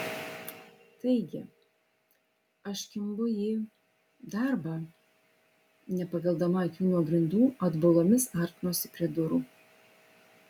taigi aš kimbu į darbą nepakeldama akių nuo grindų atbulomis artinuosi prie durų